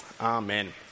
Amen